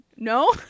No